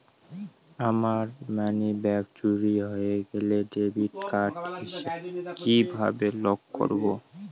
আমার মানিব্যাগ চুরি হয়ে গেলে ডেবিট কার্ড কিভাবে লক করব?